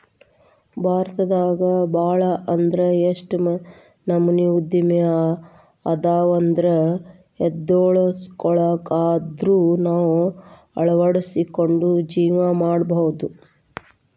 ಭಾರತದಾಗ ಭಾಳ್ ಅಂದ್ರ ಯೆಷ್ಟ್ ನಮನಿ ಉದ್ಯಮ ಅದಾವಂದ್ರ ಯವ್ದ್ರೊಳಗ್ವಂದಾದ್ರು ನಾವ್ ಅಳ್ವಡ್ಸ್ಕೊಂಡು ಜೇವ್ನಾ ಮಾಡ್ಬೊದು